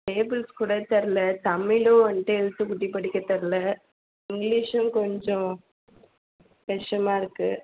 tables கூட தெர்யல தமிழும் வந்துட்டு எழுத்து கூட்டி படிக்க தெர்யல இங்கிலிஷ்ஷும் கொஞ்சம் பிரஷராக இருக்கு